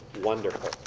wonderful